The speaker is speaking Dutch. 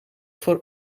voor